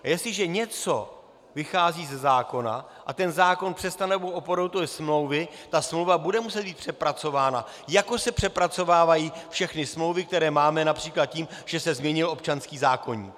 Jestliže něco vychází ze zákona a ten zákon přestane být oporou smlouvy, ta smlouva bude muset být přepracována, jako se přepracovávají všechny smlouvy, které máme, např. tím, že se změnil občanský zákoník.